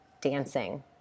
dancing